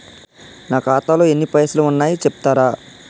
నా ఖాతాలో ఎన్ని పైసలు ఉన్నాయి చెప్తరా?